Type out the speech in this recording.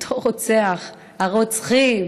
אותו רוצח, הרוצחים